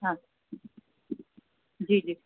हा जी जी